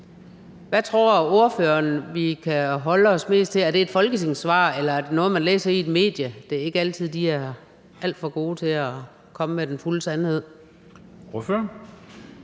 Hvad tror ordføreren vi kan holde os mest til? Er det et folketingssvar, eller er det noget, som man læser i et medie? Det er ikke altid, de er alt for gode til at komme med den fulde sandhed. Kl.